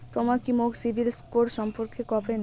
তমা কি মোক সিবিল স্কোর সম্পর্কে কবেন?